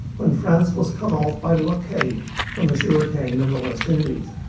when france was cut off by blockade from the sugar cane of the west indies.